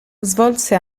svolse